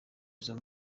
izo